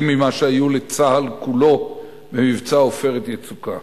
ממה שהיו לצה"ל כולו במבצע "עופרת יצוקה",